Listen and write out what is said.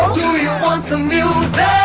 you want some music?